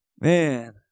Man